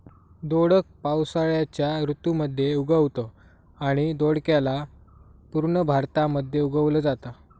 दोडक पावसाळ्याच्या ऋतू मध्ये उगवतं आणि दोडक्याला पूर्ण भारतामध्ये उगवल जाता